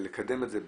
בלקדם את זה,